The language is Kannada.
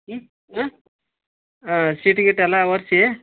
ಹ್ಞೂ ಹ್ಞೂ ಹಾಂ ಸೀಟ್ ಗೀಟ್ ಎಲ್ಲಾ ಒರ್ಸಿ